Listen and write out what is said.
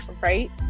right